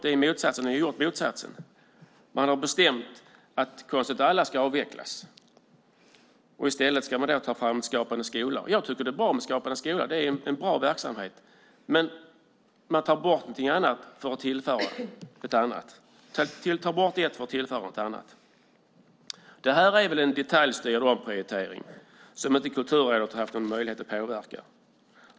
Ni har gjort motsatsen. Man har bestämt att Konst åt alla ska avvecklas. I stället ska man ta fram Skapande skola. Jag tycker att det är bra med Skapande skola. Det är en bra verksamhet. Men man tar bort något för att tillföra något annat. Det här är väl en detaljstyrd omprioritering som inte Kulturrådet har haft någon möjlighet att påverka.